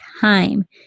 time